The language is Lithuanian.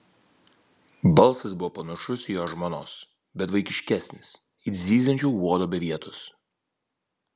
balsas buvo panašus į jo žmonos bet vaikiškesnis it zyziančio uodo be vietos